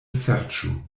serĉu